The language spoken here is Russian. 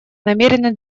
намерены